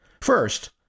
First